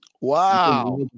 Wow